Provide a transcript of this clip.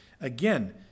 again